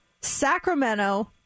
Sacramento